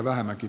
kannatan